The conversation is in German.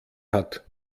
hat